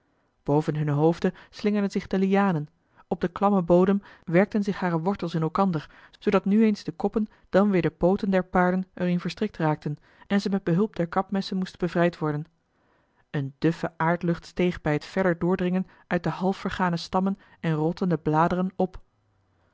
boven hunne hoofden slingerden zich de lianen op den klammen bodem werkten zich hare wortels in elkander zoodat nu eens de eli heimans willem roda koppen dan weer de pooten der paarden er in verstrikt raakten en ze met behulp der kapmessen moesten bevrijd worden eene duffe aardlucht steeg bij het verder doordringen uit de halfvergane stammen en rottende bladeren op